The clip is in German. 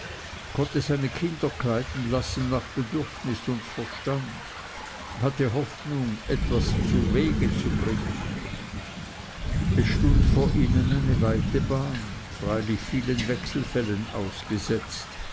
konnte seine kinder kleiden lassen nach bedürfnis und verstand hatte hoffnung es zu etwas zu bringen es stund vor ihnen eine weite bahn freilich vielen wechselfällen ausgesetzt